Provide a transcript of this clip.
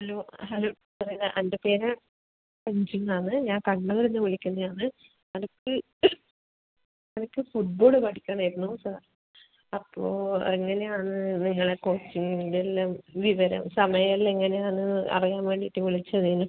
hello hello അതെ sir എൻ്റെ പേര് അഞ്ചൂന്നാണ് ഞാൻ കണ്ണൂരുന്ന് വിളിക്കുന്നെയാണ് അനക്ക് അനക്ക് ഫുട്ബോള് പഠിക്കണമായിരുന്നു സാർ അപ്പോൾ എങ്ങനെയാണ് നിങ്ങളെ കോച്ചിംഗിൻ്റെ എല്ലാം വിവരം സമയം എല്ലാം എങ്ങനെയാണ് അറിയാൻ വേണ്ടീട്ട് വിളിച്ചതേനു